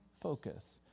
focus